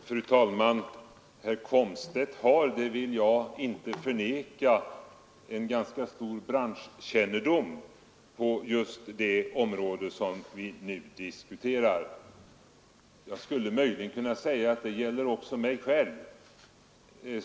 Fru talman! Herr Komstedt har, det vill jag inte förneka, en ganska stor branschkännedom på just det område som vi nu diskuterar. Jag skulle möjligen kunna säga att det gäller också mig själv.